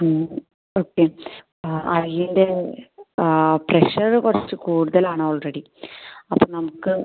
ആ ഓക്കെ ആ ഐയിൻ്റെ പ്രഷർ കുറച്ച് കൂടുതലാണ് ഓൾറെഡി അപ്പോൾ നമുക്ക്